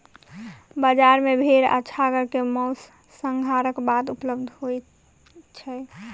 बजार मे भेड़ आ छागर के मौस, संहारक बाद उपलब्ध होय छै